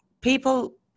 people